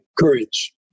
courage